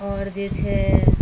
आओर जे छै